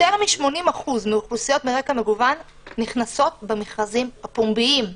יותר מ-80% מאוכלוסיות מרקע מגוון נכנסות במכרזים הפומביים.